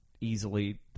easily